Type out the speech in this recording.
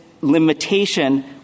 limitation